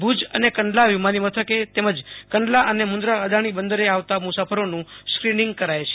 ભુજ અને કંડલા વિમાની મથકે તેમજ કંડલા અને મુંદરા અદાણી બંદરે આવતા મુસાફરોનું સ્ક્રીનિંગ કરાય છે